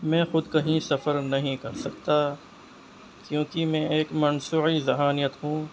میں خود کہیں سفر نہیں کر سکتا کیونکہ میں ایک مسنوعی ذہانت ہوں